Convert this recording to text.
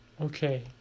okay